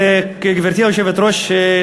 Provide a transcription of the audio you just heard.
גברתי היושבת-ראש,